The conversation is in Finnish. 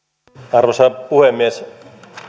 arvoisa puhemies